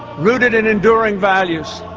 rooted in enduring values,